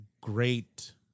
great